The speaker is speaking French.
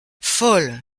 folle